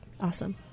awesome